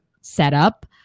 setup